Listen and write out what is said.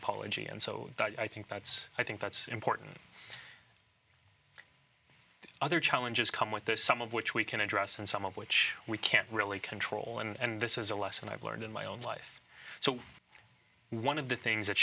apology and so i think that's i think that's important other challenges come with this some of which we can address and some of which we can't really control and this is a lesson i've learned in my own life so one of the things that